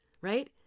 right